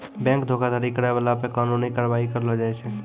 bank धोखाधड़ी करै बाला पे कानूनी कारबाइ करलो जाय छै